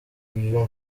byo